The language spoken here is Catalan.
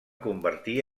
convertir